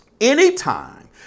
Anytime